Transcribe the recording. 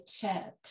chat